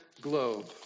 globe